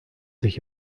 sich